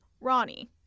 Ronnie